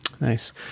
Nice